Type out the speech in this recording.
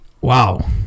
Wow